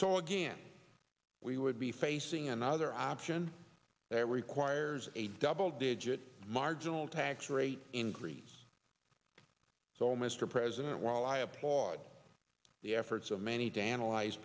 so again we would be facing another option they require there's a double digit marginal tax rate increase so mr president while i applaud the efforts of many to analyze